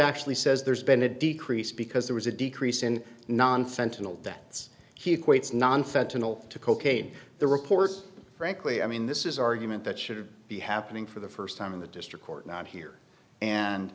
actually says there's been a decrease because there was a decrease in non sentinel deaths he equates non fentanyl to cocaine the report frankly i mean this is argument that should be happening for the first time in the district court not here and